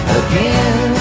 again